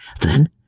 Then